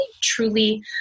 truly